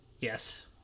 Yes